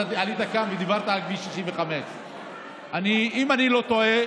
אתה עלית לכאן ודיברת על כביש 65. אם אני לא טועה,